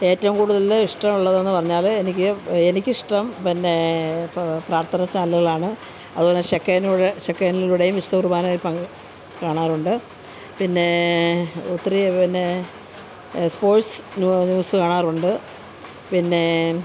ഏറ്റവും കൂടുതൽ ഇഷ്ടം ഉള്ളതെന്ന് പറഞ്ഞാൽ എനിക്ക് എനിക്കിഷ്ടം പിന്നെ പത്ര ചാനലുകളാണ് അതുപോലെ ശെക്കൻഡ്ലൂടെ സെക്കൻഡിലൂടെയും വിശുദ്ധ കുറുബാനയിൽ പ കാണാറുണ്ട് പിന്നെ ഒത്തിരി പിന്നെ സ്പോർട്സ് ന്യൂ ന്യൂസ് കാണാറുണ്ട് പിന്നെ